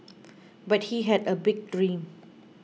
but he had a big dream